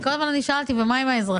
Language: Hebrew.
וכל הזמן שאלתי: ומה עם האזרחים?